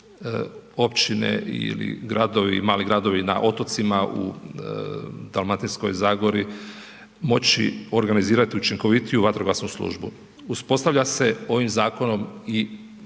općine ili gradovi, mali gradovi na otocima u Dalmatinskoj zagori, moći organizirat učinkovitiju vatrogasnu službu. Uspostavlja se ovim zakonom i